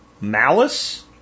malice